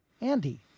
Andy